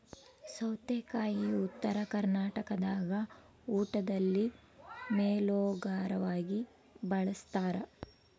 ಸೌತೆಕಾಯಿ ಉತ್ತರ ಕರ್ನಾಟಕದಾಗ ಊಟದಲ್ಲಿ ಮೇಲೋಗರವಾಗಿ ಬಳಸ್ತಾರ